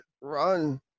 run